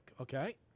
Okay